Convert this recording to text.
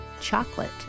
chocolate